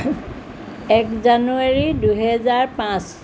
এক জানুৱাৰী দুহেজাৰ পাঁচ